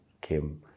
came